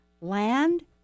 land